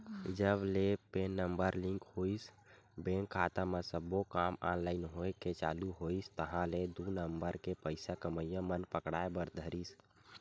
जब ले PAN number link होइस बेंक खाता म सब्बो काम ऑनलाइन होय के चालू होइस ताहले दू नंबर के पइसा कमइया मन पकड़ाय बर धरिस